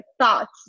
thoughts